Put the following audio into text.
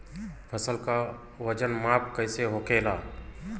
फसल का वजन माप कैसे होखेला?